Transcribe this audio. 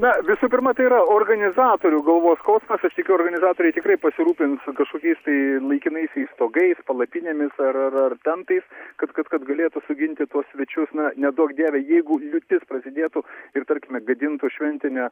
na visų pirma tai yra organizatorių galvos skausmas aš tikiu organizatoriai tikrai pasirūpins kažkokiais tai laikinaisiais stogais palapinėmis ar ar ar tentais kad kad kad galėtų suginti tuos svečius na neduok dieve jeigu liūtis prasidėtų ir tarkime gadintų šventinę